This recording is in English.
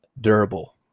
durable